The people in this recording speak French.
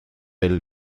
elle